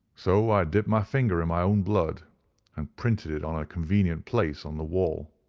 so i dipped my finger in my own blood and printed it on a convenient place on the wall.